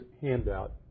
handout